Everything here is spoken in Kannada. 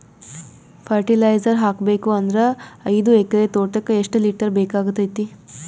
ಫರಟಿಲೈಜರ ಹಾಕಬೇಕು ಅಂದ್ರ ಐದು ಎಕರೆ ತೋಟಕ ಎಷ್ಟ ಲೀಟರ್ ಬೇಕಾಗತೈತಿ?